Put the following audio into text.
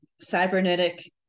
cybernetic